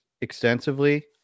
extensively